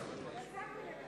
תוצאות ההצבעה